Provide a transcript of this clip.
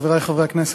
חברי חברי הכנסת,